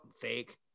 fake